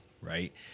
Right